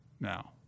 now